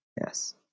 yes